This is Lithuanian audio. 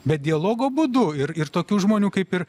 bet dialogo būdu ir ir tokių žmonių kaip ir